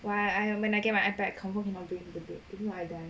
why I am when I get my ipad confirm cannot break the book if not I die